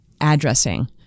addressing